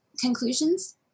conclusions